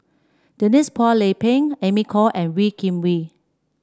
Denise Phua Lay Peng Amy Khor and Wee Kim Wee